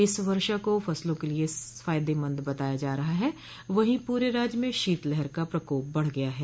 इस वर्षा को फसलों के लिये फायदेमंद बताया जा रहा है वहीं पूरे राज्य में शीत लहर का प्रकोप बढ़ गया है